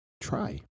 try